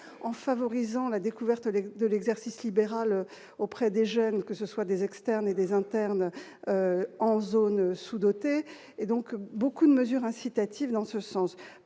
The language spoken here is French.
en favorisant la découverte avec de l'exercice libéral auprès des jeunes, que ce soit des externes et des internes en zones sous-dotées et donc beaucoup de mesures incitatives dans ce sens,